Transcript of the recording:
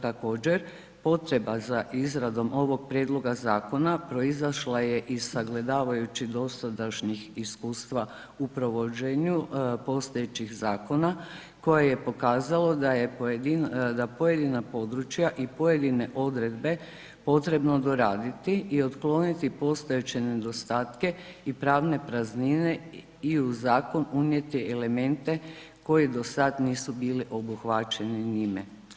Također, potreba za izradom ovog prijedloga zakona proizašla je iz sagledavajući dosadašnjih iskustva upravo… [[Govornik se ne razumije]] postojećih zakona koje je pokazalo da pojedina područja i pojedine odredbe potrebno doraditi i otkloniti postojeće nedostatke i pravne praznine i u zakon unijeti elemente koji do sad nisu bili obuhvaćeni njime.